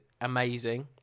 amazing